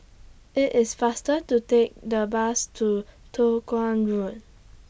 IT IS faster to Take The Bus to Toh Guan Road